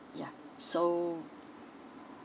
yeah so